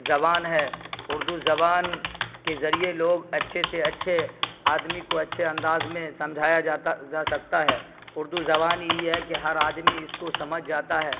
زبان ہے اردو زبان کے ذریعے لوگ اچھے سے اچھے آدمی کو اچھے انداز میں سمجھایا جاتا جا سکتا ہے اردو زبان یہی ہے کہ ہر آدمی اس کو سمجھ جاتا ہے